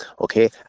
okay